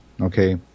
okay